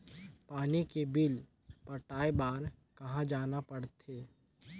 पानी के बिल पटाय बार कहा जाना पड़थे?